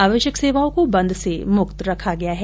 आवश्यक सेवाओं को बंद से मुक्त रखा गया है